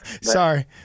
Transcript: Sorry